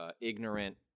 ignorant